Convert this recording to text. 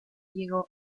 llegó